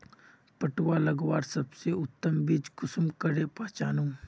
पटुआ लगवार सबसे उत्तम बीज कुंसम करे पहचानूम?